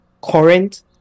current